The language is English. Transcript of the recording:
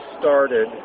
started